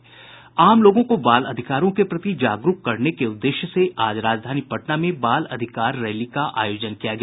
आम लोगों को बाल अधिकारों के प्रति जागरुक करने के उद्देश्य से आज राजधानी पटना में बाल अधिकार रैली का आयोजन किया गया